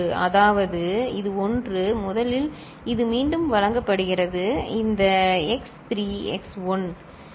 அதாவது இது ஒன்று முதலில் இது மீண்டும் வழங்கப்படுகிறது இந்த x 3 x 1